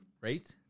right